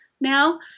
now